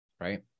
Right